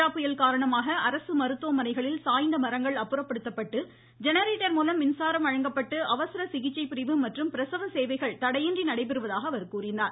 கஜா புயல் காரணமாக அரசு மருத்துவமனைகளில் சாய்ந்த மரங்கள் அப்புறப்படுத்தப்பட்டு ஜெனரேட்டர் மூலம் மின்சாரம் வழங்கப்பட்டு அவசர சிகிச்சை பிரிவு மற்றும் பிரசவ சேவைகள் தடையின்றி நடைபெறுவதாக அவர் குறிப்பிட்டார்